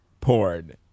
porn